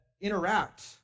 interact